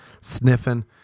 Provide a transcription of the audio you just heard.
sniffing